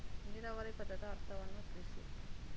ನೀರಾವರಿ ಪದದ ಅರ್ಥವನ್ನು ತಿಳಿಸಿ?